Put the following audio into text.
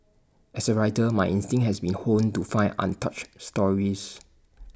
as A writer my instinct has been honed to find untouched stories